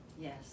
Yes